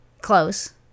Close